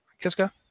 Kiska